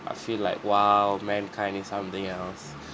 I feel like !wow! mankind is something else